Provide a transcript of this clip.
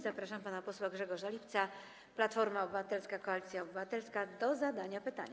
Zapraszam pana posła Grzegorza Lipca, Platforma Obywatelska - Koalicja Obywatelska, do zadania pytania.